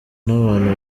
n’abantu